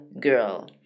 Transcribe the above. girl